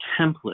template